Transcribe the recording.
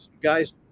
guys